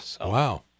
Wow